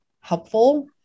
helpful